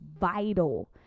vital